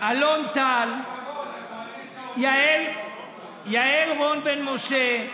אלון טל, יעל רון בן משה,